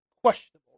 questionable